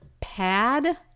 Pad